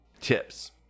tips